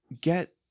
get